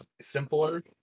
simpler